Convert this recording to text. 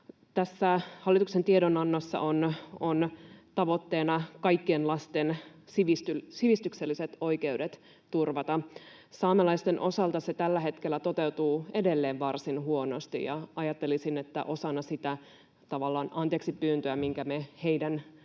Tässä hallituksen tiedonannossa on tavoitteena turvata kaikkien lasten sivistykselliset oikeudet. Saamelaisten osalta se tällä hetkellä toteutuu edelleen varsin huonosti, ja ajattelisin, että osana sitä tavallaan anteeksipyyntöä, minkä me heille olemme